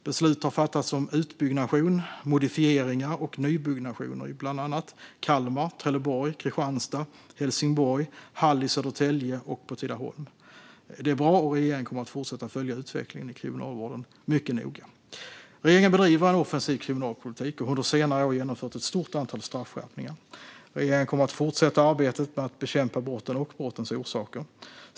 Beslut har fattats om utbyggnation, modifieringar och nybyggnationer i bland annat Kalmar, Trelleborg, Kristianstad och Helsingborg, på Hall i Södertälje och på Tidaholm. Det är bra, och regeringen kommer att fortsätta följa utvecklingen i Kriminalvården mycket noga. Regeringen bedriver en offensiv kriminalpolitik och har under senare år genomfört ett stort antal straffskärpningar. Regeringen kommer att fortsätta arbetet med att bekämpa brotten och brottens orsaker.